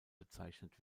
bezeichnet